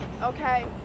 Okay